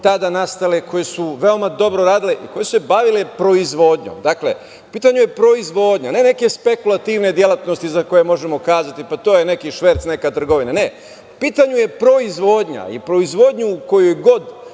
tada nastale, koje su veoma dobro radile i koje su se bavile proizvodnjom. Dakle, u pitanju je proizvodnja a ne neke spekulativne delatnosti za koje možemo kazati - šverc, trgovina. Ne, u pitanju je proizvodnja. Proizvodnju u kojoj god